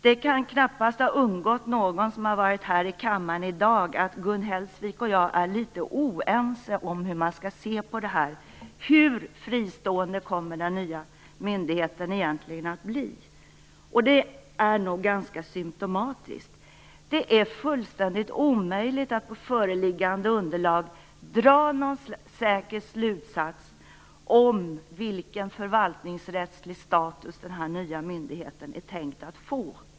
Det kan knappast ha undgått någon som har varit här i kammaren i dag att Gun Hellsvik och jag är litet oense om hur man skall se på detta. Hur fristående kommer den nya myndigheten egentligen att bli? Det är nog ganska symtomatiskt. Det är fullständigt omöjligt att på föreliggande underlag dra någon säker slutsats om vilken förvaltningsrättslig status den här nya myndigheten är tänkt att få.